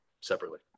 separately